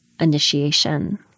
initiation